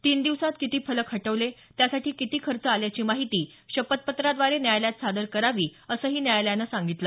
तीन दिवसात किती फलक हटवले त्यासाठी किती खर्च आलायाची माहिती शपथपत्राद्वारे न्यायालयात सादर करावी असंही न्यायालयानं सांगितलं